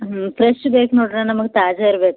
ಹ್ಞೂ ಫ್ರೆಶ್ ಬೇಕು ನೋಡಿರಿ ನಮಗೆ ತಾಜಾ ಇರಬೇಕು